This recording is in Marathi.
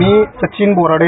मी सचिन बोराडे